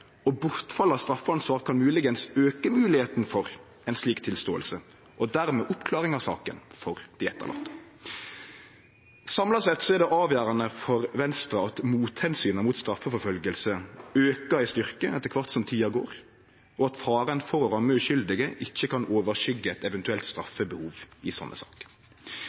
og bortfall av straffeansvar kan muligens øke muligheten for en slik tilståelse, og dermed oppklaring av saken for de etterlatte.» Samla sett er det avgjerande for Venstre at motomsyna mot straffeforfølging aukar i styrke etter kvart som tida går, og at faren for å ramme uskuldige ikkje kan overskyggje eit eventuelt straffebehov i sånne